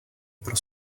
pro